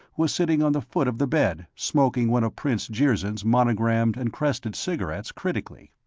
was sitting on the foot of the bed, smoking one of prince jirzyn's monogrammed and crested cigarettes critically.